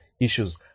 issues